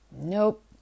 Nope